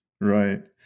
right